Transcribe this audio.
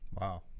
Wow